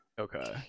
Okay